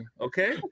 Okay